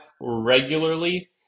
regularly